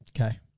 Okay